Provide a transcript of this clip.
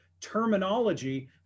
terminology